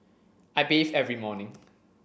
I bathe every morning